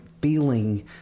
feeling